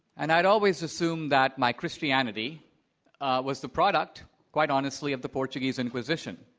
and i'd always assumed that my christianity was the product quite honestly of the portuguese inquisition.